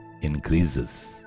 increases